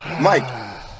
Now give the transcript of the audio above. Mike